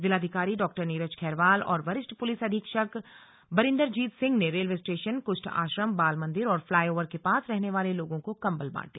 जिलाधिकारी डॉ नीरज खैरवाल और वरिष्ठ पुलिस अधीक्षक बरिंदरजीत सिंह ने रेलवे स्टेशन कुष्ठ आश्रम बाल मंदिर और फ्लाई ओवर के पास रहने वाले लोगों को कंबल बांटे